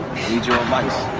need your advice.